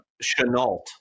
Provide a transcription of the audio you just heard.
Chenault